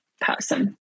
person